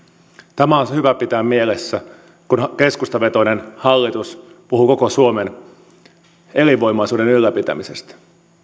tämä on hyvä pitää mielessä kun keskustavetoinen hallitus puhuu koko suomen elinvoimaisuuden ylläpitämisestä